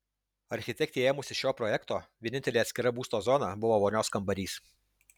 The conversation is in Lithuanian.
architektei ėmusis šio projekto vienintelė atskirta būsto zona buvo vonios kambarys